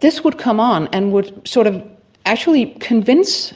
this would come on and would sort of actually convince